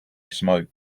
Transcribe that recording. smoke